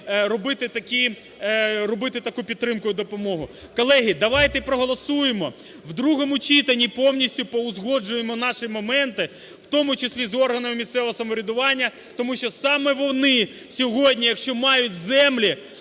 робити таку підтримку і допомогу. Колеги, давайте проголосуємо, в другому читанні повністю поузгоджуємо наші моменти, в тому числі з органами місцевого самоврядування, тому що саме вони сьогодні, якщо мають землі,